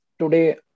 Today